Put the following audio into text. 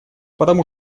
потому